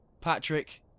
Patrick